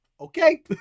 okay